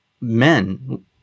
men